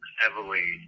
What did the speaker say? heavily